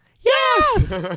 Yes